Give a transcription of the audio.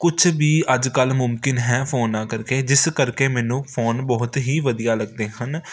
ਕੁਛ ਵੀ ਅੱਜ ਕੱਲ੍ਹ ਮੁਮਕਿਨ ਹੈ ਫੋਨਾਂ ਕਰਕੇ ਜਿਸ ਕਰਕੇ ਮੈਨੂੰ ਫੋਨ ਬਹੁਤ ਹੀ ਵਧੀਆ ਲੱਗਦੇ ਹਨ